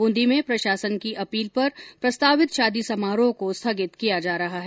ब्रंदी में प्रशासन की अपील पर प्रस्तावित शादी समारोह को स्थगित किया जा रहा है